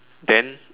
then